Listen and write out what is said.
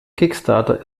kickstarter